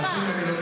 מירב,